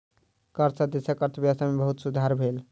कर सॅ देशक अर्थव्यवस्था में बहुत सुधार भेल